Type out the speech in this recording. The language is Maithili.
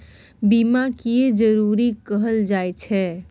बीमा किये जरूरी कहल जाय छै?